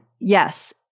Yes